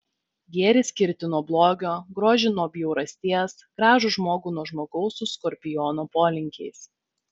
gėrį skirti nuo blogio grožį nuo bjaurasties gražų žmogų nuo žmogaus su skorpiono polinkiais